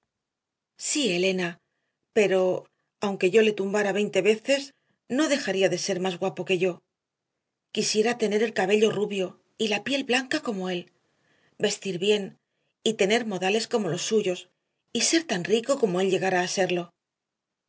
sí elena pero aunque yo le tumbara veinte veces no dejaría de ser él más guapo que yo quisiera tener el cabello rubio y la piel blanca como él vestir bien y tener modales como los suyos y ser tan rico como él llegará a serlo